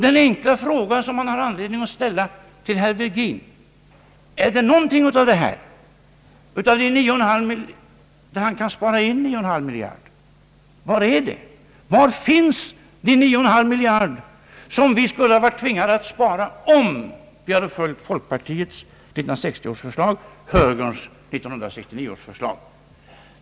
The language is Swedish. Den enkla fråga man har anledning ställa till herr Virgin är: Kan herr Virgin på något sätt spara in dessa 9,5 miljarder? Var finns de 9,5 miljarder som vi hade tvingats spara om vi hade följt folkpartiets förslag år 1960 och högerns förslag 1969?